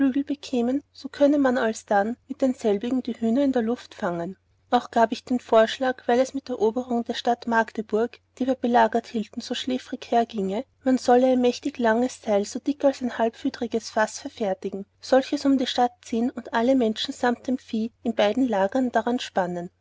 bekämen so könnte man alsdann mit denselbigen die hühner in der luft fangen auch gab ich den vorschlag weil es mit eroberung der stadt magdeburg die wir belägert hielten so schläferig hergienge man sollte ein mächtig langes seil so dick als ein halbfüderiges faß verfertigen solches um die stadt ziehen und alle menschen samt dem vieh in beiden lägern daran spannen